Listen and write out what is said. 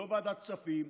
לא ועדת כספים,